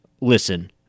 Listen